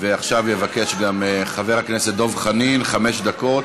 ועכשיו ידבר גם חבר הכנסת דב חנין חמש דקות,